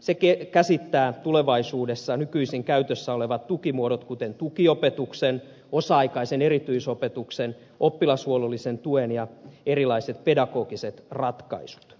se käsittää tulevaisuudessa nykyisin käytössä olevat tukimuodot kuten tukiopetuksen osa aikaisen erityisopetuksen oppilashuollollisen tuen ja erilaiset pedagogiset ratkaisut